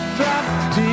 dropped